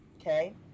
Okay